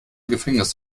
gefängnis